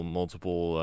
multiple